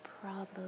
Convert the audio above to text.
problems